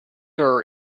our